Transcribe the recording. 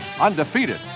undefeated